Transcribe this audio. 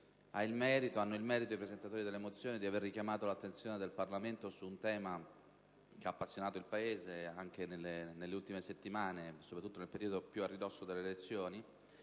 come la meritano i presentatori delle mozioni in esame per avere richiamato l'attenzione del Parlamento su un tema che ha appassionato il Paese anche nelle ultime settimane, soprattutto nel periodo più a ridosso delle elezioni)